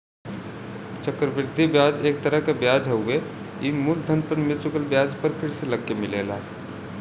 चक्र वृद्धि ब्याज एक तरह क ब्याज हउवे ई मूलधन पर मिल चुकल ब्याज पर फिर से लगके मिलेला